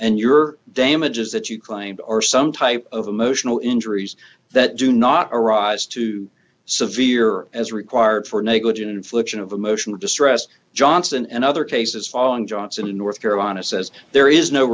and your damages that you claim are some type of emotional injuries that do not iraq is too severe as required for negligent infliction of emotional distress johnson and other cases following johnson in north carolina says there is no